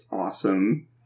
awesome